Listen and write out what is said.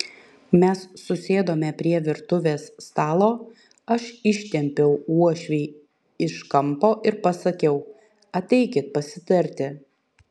mes susėdome prie virtuvės stalo aš ištempiau uošvį iš kampo ir pasakiau ateikit pasitarti